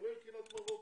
כולל קהילת מרוקו,